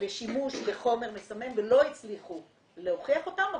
לשימוש בחומר מסמם ולא הצליחו להוכיח אותם.